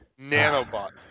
Nanobots